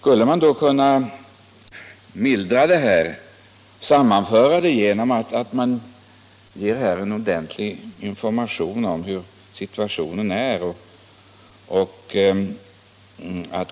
Skulle man inte kunna mildra den här oron genom att ge ordentlig information om hur situationen är.